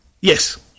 Yes